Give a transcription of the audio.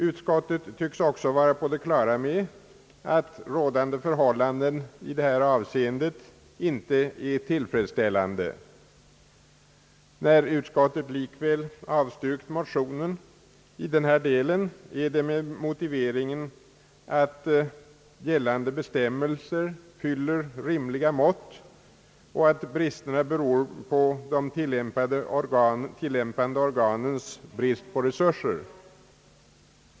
Utskottet tycks också vara på det klara med att rådande förhållanden i detta avseende inte är tillfredsställande. När utskottet likväl avstyrkt motionen i denna del är det med motiveringen, att gällande bestämmelser fyller rimliga mått och att bristerna beror på de tillämpande organens brist på resurser.